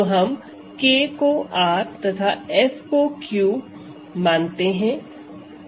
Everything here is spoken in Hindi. तो हम K को R तथा F को Q मानते हैं